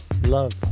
Love